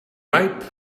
ripe